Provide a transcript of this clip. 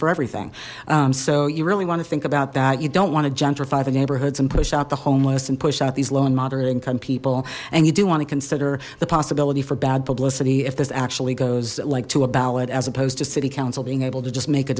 for everything so you really want to think about that you don't want to gentrify the neighborhoods and push out the homeless and push out these low and moderate income people and you do want to consider the possibility for bad publicity if this actually goes like to a ballot as opposed to city council being able to just make a